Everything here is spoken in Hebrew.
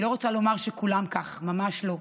אני לא רוצה לומר שכולם כך, ממש לא.